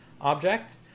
object